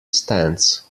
stands